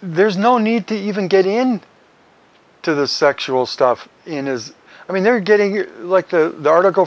there's no need to even get in to the sexual stuff in is i mean they're getting like the article